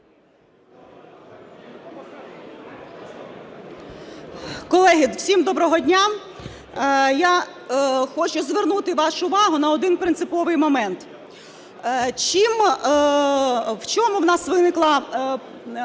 Колеги, всім доброго дня! Я хочу звернути вашу увагу на один принциповий момент. В чому у нас виникли